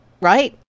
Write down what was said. right